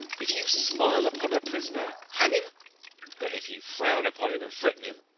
if you smile upon a prisoner, hang him but if you frown upon him and threaten him,